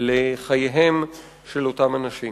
לחייהם של אותם אנשים.